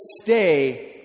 stay